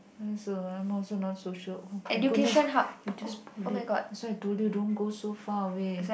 ya so I'm also not so sure oh-my-goodness you just pulled it that's why I told you don't go so far away